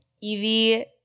Evie